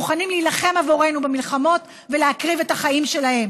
מוכנים להילחם עבורנו במלחמות ולהקריב את החיים שלהם.